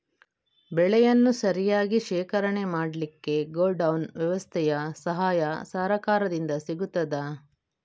ಬೆಳೆಯನ್ನು ಸರಿಯಾಗಿ ಶೇಖರಣೆ ಮಾಡಲಿಕ್ಕೆ ಗೋಡೌನ್ ವ್ಯವಸ್ಥೆಯ ಸಹಾಯ ಸರಕಾರದಿಂದ ಸಿಗುತ್ತದಾ?